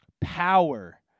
Power